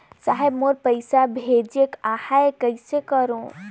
साहेब मोर पइसा भेजेक आहे, कइसे करो?